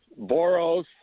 Boros